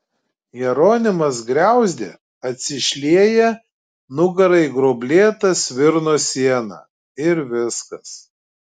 jeronimas griauzdė atsišlieja nugara į gruoblėtą svirno sieną ir viskas